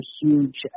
huge